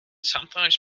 sometimes